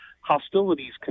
hostilities